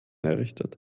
errichtet